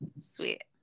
Sweet